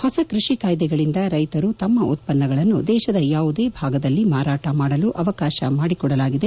ಹೊಸ ಕೃಷಿ ಕಾಯ್ದೆಗಳಿಂದ ರೈತರು ತಮ್ಮ ಉತ್ಪನ್ನಗಳನ್ನು ದೇಶದ ಯಾವುದೇ ಭಾಗದಲ್ಲಿ ಮಾರಾಟ ಮಾಡಲು ಅವಕಾಶ ಮಾಡಿಕೊಡಲಾಗಿದೆ